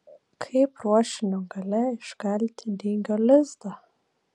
kaip ruošinio gale iškalti dygio lizdą